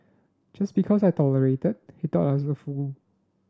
just because I tolerated he thought I was a fool